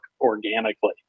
organically